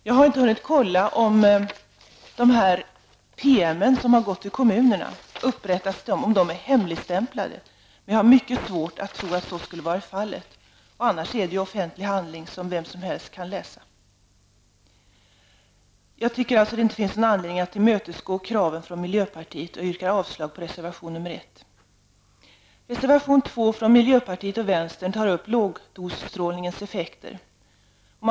Jag har inte hunnit kontrollera om de PM som har skickats till kommunerna är hemligstämplade. Men jag har mycket svårt att tro att så skulle vara fallet. Annars är det ju offentliga handlingar som vem som helst kan läsa. Jag tycker alltså att det inte finns någon anledning att tillmötesgå kraven från miljöpartiet, och jag yrkar avslag på reservation 1. I reservation 2 från miljöpartiet och vänsterpartiet tas lågdosstrålningens effekter upp.